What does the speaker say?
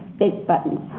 big buttons.